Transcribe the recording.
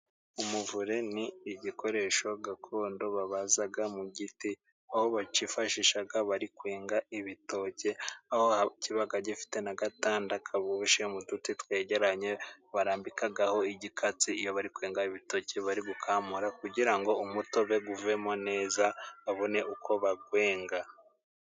Umuvure ni igikoresho gakondo babaza mu giti, aho bakifashisha bari kwenga ibitoki. Aho kiba gifite n'agatanda kaboshye mu duti twegeranye barambikaho igikatsi iyo bari kwenga ibitoki bari gukamura kugira ngo umutobe uvemo neza babone uko bawenga.